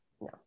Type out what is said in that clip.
No